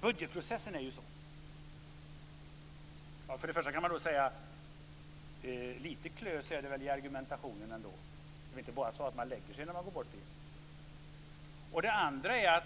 budgetprocessen är sådan. Litet klös är det väl ändå i argumentationen? Det är väl inte så att man bara lägger sig när man går dit bort.